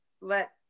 let